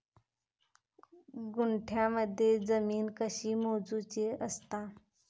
गुंठयामध्ये जमीन कशी मोजूची असता?